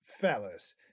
Fellas